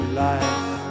life